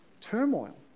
turmoil